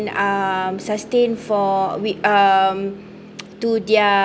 um sustain for we uh to their